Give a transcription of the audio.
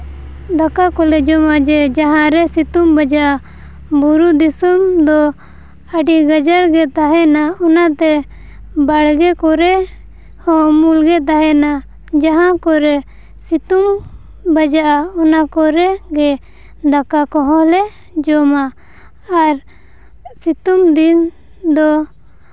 ᱫᱟᱠᱟ ᱠᱚᱞᱮ ᱡᱚᱢᱟ ᱡᱮ ᱡᱟᱦᱟᱨᱮ ᱥᱤᱛᱩᱝ ᱵᱟᱡᱟᱜᱼᱟ ᱵᱩᱨᱩ ᱫᱤᱥᱚᱢ ᱫᱚ ᱜᱟᱡᱟᱲ ᱜᱮ ᱛᱟᱦᱮᱱᱟ ᱚᱱᱟᱛᱮ ᱵᱟᱲᱜᱮ ᱠᱚᱨᱮ ᱦᱚᱸ ᱩᱢᱩᱞ ᱜᱮ ᱛᱟᱦᱮᱱᱟ ᱡᱟᱦᱟᱸ ᱠᱚᱨᱮ ᱥᱤᱛᱩᱝ ᱵᱟᱡᱟᱜᱼᱟ ᱚᱱᱟ ᱠᱚᱨᱮ ᱜᱮ ᱫᱟᱠᱟ ᱠᱚᱦᱚᱸᱞᱮ ᱡᱚᱢᱟ ᱟᱨ ᱥᱤᱛᱩᱝ ᱫᱤᱱ ᱫᱚ